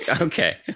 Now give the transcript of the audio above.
Okay